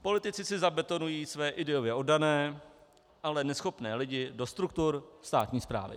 Politici si zabetonují své ideově oddané, ale neschopné lidi do struktur státní správy.